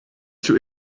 too